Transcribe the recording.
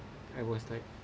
I was like